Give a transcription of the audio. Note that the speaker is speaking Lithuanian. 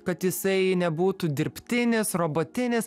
kad jisai nebūtų dirbtinis robotinis